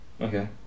Okay